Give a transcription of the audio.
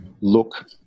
look